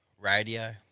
Radio